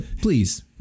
please